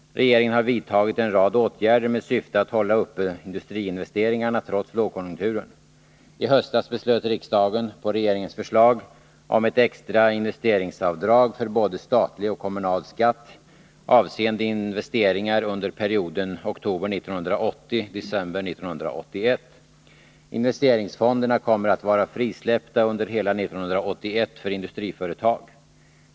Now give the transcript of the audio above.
Regeringen har vidtagit en rad åtgärder med syfte att hålla uppe industriinvesteringarna trots lågkonjunkturen. I höstas beslöt riksdagen på regeringens förslag om ett extra investeringsavdrag för både statlig och kommunal skatt avseende investeringar under perioden oktober 1980-december 1981. Investeringsfonderna kommer att vara frisläppta under hela 1981 för industriföretag.